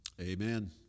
Amen